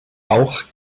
auch